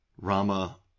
Rama